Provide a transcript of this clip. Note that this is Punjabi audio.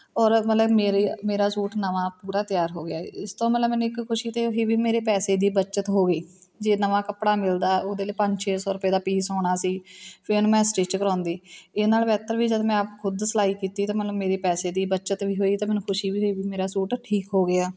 ਔਰ ਮਤਲਬ ਮੇਰੀ ਮੇਰਾ ਸੂਟ ਨਵਾਂ ਪੂਰਾ ਤਿਆਰ ਹੋ ਗਿਆ ਇਸ ਤੋਂ ਮਤਲਬ ਮੈਨੂੰ ਇੱਕ ਖੁਸ਼ੀ ਤਾਂ ਹੋਈ ਵੀ ਮੇਰੇ ਪੈਸੇ ਦੀ ਬੱਚਤ ਹੋ ਗਈ ਜੇ ਨਵਾਂ ਕੱਪੜਾ ਮਿਲਦਾ ਉਹਦੇ ਲਈ ਪੰਜ ਛੇ ਸੌ ਰੁਪਏ ਦਾ ਪੀਸ ਆਉਣਾ ਸੀ ਫਿਰ ਮੈਂ ਸਟਿੱਚ ਕਰਾਉਂਦੀ ਇਹਦੇ ਨਾਲ ਬੇਹਤਰ ਵੀ ਜਦ ਮੈਂ ਖੁਦ ਸਿਲਾਈ ਕੀਤੀ ਅਤੇ ਮੈਨੂੰ ਮੇਰੇ ਪੈਸੇ ਦੀ ਬੱਚਤ ਵੀ ਹੋਈ ਅਤੇ ਮੈਨੂੰ ਖੁਸ਼ੀ ਵੀ ਹੋਈ ਵੀ ਮੇਰਾ ਸੂਟ ਠੀਕ ਹੋ ਗਿਆ